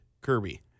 Kirby